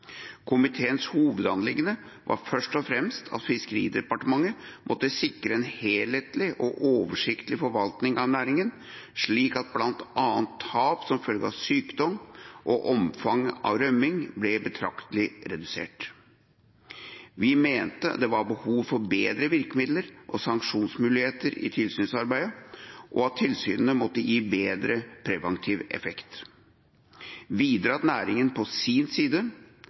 Komiteens hovedanliggende var først og fremst at Fiskeridepartementet måtte sikre en helhetlig og oversiktlig forvaltning av næringen, slik at bl.a. tap som følge av sykdom og omfang av rømming ble betraktelig redusert. Vi mente det var behov for bedre virkemidler og sanksjonsmuligheter i tilsynsarbeidet, og at tilsynene måtte gi bedre preventiv effekt, videre at næringen på sin side